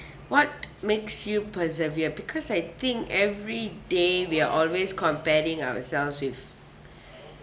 what makes you persevere because I think every day we are always comparing ourselves with